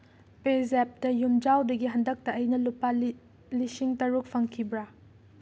ꯄꯦ ꯖꯦꯞꯇ ꯌꯨꯝꯖꯥꯎꯗꯒꯤ ꯍꯟꯗꯛꯇ ꯑꯩꯅ ꯂꯨꯄꯥ ꯂꯤꯁꯤꯡ ꯇꯔꯨꯛ ꯐꯪꯈꯤꯕ꯭ꯔꯥ